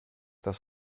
das